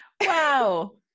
Wow